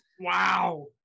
Wow